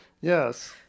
Yes